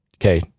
okay